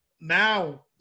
Now